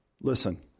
Listen